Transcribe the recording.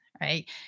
right